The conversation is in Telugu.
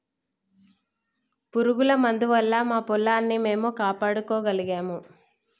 పురుగుల మందు వల్ల మా పొలాన్ని మేము కాపాడుకోగలిగాము